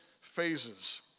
phases